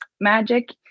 magic